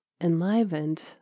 enlivened